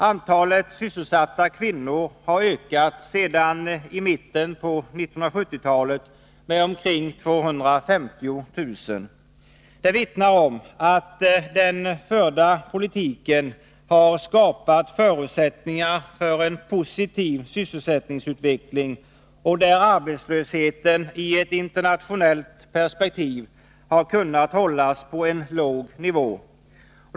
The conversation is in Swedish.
Antalet sysselsatta kvinnor har ökat sedan mitten av 1970-talet med omkring 250 000. Det vittnar om att den förda politiken har skapat förutsättningar för en positiv sysselsättningsutveckling där arbetslösheten, i ett internationellt perspektiv, har kunnat hållas på en låg nivå.